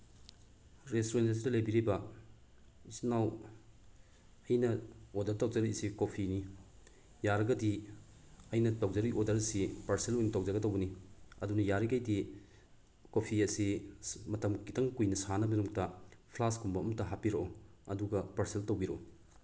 restaurant ꯑꯁꯤꯗ ꯂꯩꯕꯤꯔꯤꯕ ꯏꯆꯤꯜ ꯏꯅꯥꯎ ꯑꯩꯅ ꯑꯣꯔꯗꯔ ꯇꯧꯖꯔꯛꯏꯁꯤ ꯀꯣꯐꯤꯅꯤ ꯌꯥꯔꯒꯗꯤ ꯑꯩꯅ ꯇꯧꯖꯔꯤꯕ ꯑꯣꯔꯗꯔꯁꯤ ꯄꯥꯔꯁꯦꯜ ꯑꯣꯏꯅ ꯇꯧꯖꯒꯗꯕꯅꯤ ꯑꯗꯨꯅ ꯌꯥꯔꯤꯒꯩꯗꯤ ꯀꯣꯐꯤ ꯑꯁꯤ ꯃꯇꯝ ꯈꯤꯇꯪ ꯀꯨꯏꯅ ꯁꯥꯅꯕꯒꯤꯗꯃꯛꯇ ꯐ꯭ꯂꯥꯛꯁꯀꯨꯝꯕ ꯑꯃꯗ ꯍꯥꯞꯄꯤꯔꯛꯑꯣ ꯑꯗꯨꯨꯒ ꯄꯔꯁꯦꯜ ꯇꯧꯕꯤꯔꯛꯎ